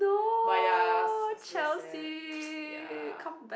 but ya s~ I was very sad ya